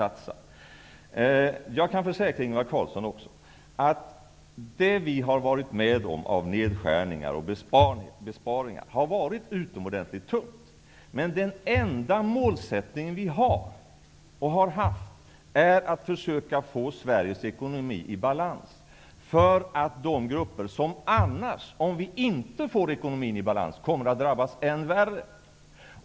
Jag kan också försäkra Ingvar Carlsson att det har varit utomordentligt tufft att genomföra de nedskärningar och besparingar som vi har gjort. Men den enda målsättning som vi har haft har varit att försöka få Sveriges ekonomi i balans för att de grupper som, om vi inte får ekonomin i balans, kommer att drabbas än värre.